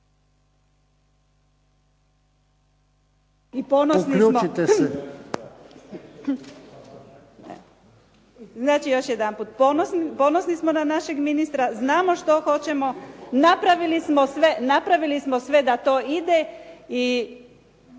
I ponosni smo, znači još jedanput, ponosni smo na našeg ministra, znamo što hoćemo, napravili smo sve da to ide i